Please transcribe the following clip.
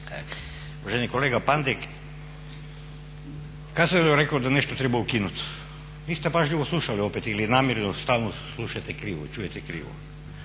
Uvaženi kolega Pandek, kad sam ja rekao da nešto treba ukinut? Niste pažljivo slušali opet ili namjerno stalno slušate krivo, čujete krivo.